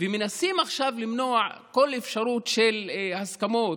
ומנסים עכשיו למנוע כל אפשרות של הסכמות,